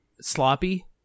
sloppy